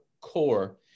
core